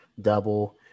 double